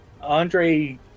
Andre